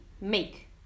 make